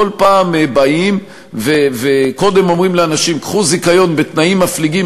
כל פעם באים וקודם אומרים לאנשים: קחו זיכיון בתנאים מפליגים,